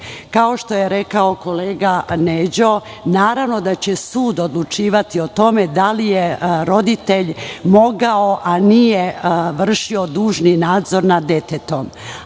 Kao što je kolega Neđo rekao, naravno da će sud odlučivati o tome da li je roditelj mogao, a nije vršio dužni nadzor nad detetom. Ono